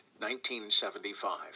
1975